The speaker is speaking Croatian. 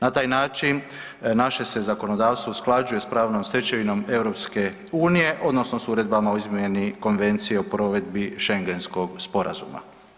Na taj način naše se zakonodavstvo usklađuje s pravnom stečevinom EU odnosno s uredbama o izmjeni Konvencije o provedbi Schengenskog sporazuma.